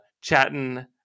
chatting